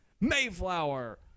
Mayflower